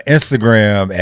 Instagram